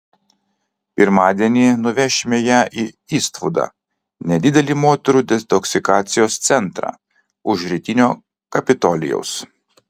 pirmadienį nuvešime ją į istvudą nedidelį moterų detoksikacijos centrą už rytinio kapitolijaus